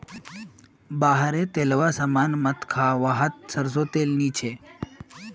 बाहर रे तेलावा सामान मत खा वाहत सरसों तेल नी छे